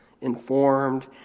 informed